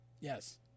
Yes